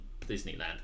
Disneyland